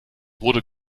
wurde